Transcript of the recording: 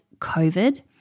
COVID